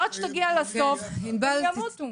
עד שתגיע לסוף הם ימותו.